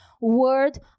word